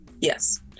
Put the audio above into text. yes